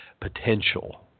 potential